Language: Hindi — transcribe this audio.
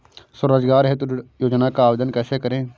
स्वरोजगार हेतु ऋण योजना का आवेदन कैसे करें?